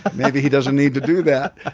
maybe he doesn't need to do that.